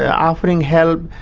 yeah offering help,